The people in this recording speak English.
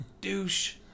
douche